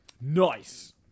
Nice